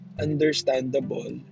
understandable